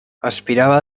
aspirava